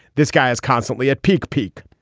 this guy is constantly at peak peak